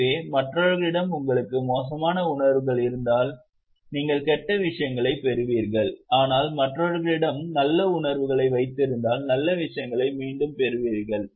எனவே மற்றவர்களிடம் உங்களுக்கு மோசமான உணர்வுகள் இருந்தால் நீங்கள் கெட்ட விஷயங்களைப் பெறுவீர்கள் ஆனால் மற்றவர்களிடம் நல்ல உணர்வுகளை வைத்திருந்தால் நல்ல விஷயங்களை மீண்டும் பெறுவீர்கள்